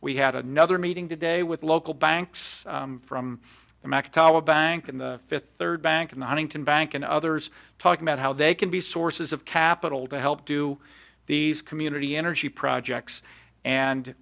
we had another meeting today with local banks from america tala bank in the fifth third bank in the huntington bank and others talk about how they can be sources of capital to help do these community energy projects and